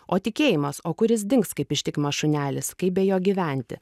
o tikėjimas o kur jis dings kaip ištikimas šunelis kaip be jo gyventi